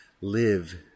live